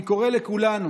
אני קורא לכולנו,